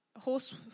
horse